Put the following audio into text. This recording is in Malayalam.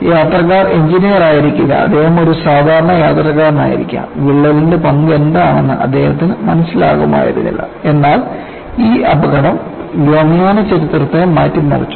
യാത്രക്കാർ എഞ്ചിനീയർ ആയിരിക്കില്ല അദ്ദേഹം ഒരു സാധാരണ യാത്രക്കാരനായിരിക്കാം വിള്ളലിന്റെ പങ്ക് എന്താണെന്ന് അദ്ദേഹത്തിന് മനസ്സിലാകുമായിരുന്നില്ല എന്നാൽ ഈ അപകടം വ്യോമയാന ചരിത്രത്തെ മാറ്റിമറിച്ചു